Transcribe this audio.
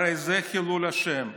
הרי זה חילול השם.